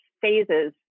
phases